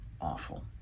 awful